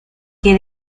que